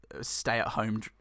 stay-at-home